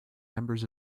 members